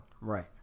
Right